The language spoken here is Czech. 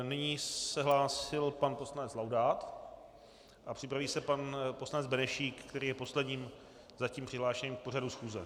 Nyní se hlásil pan poslanec Laudát a připraví se pan poslanec Benešík, který je zatím posledním přihlášeným k pořadu schůze.